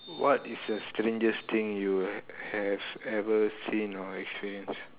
what is the strangest thing you have ever seen or experienced